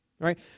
right